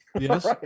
Yes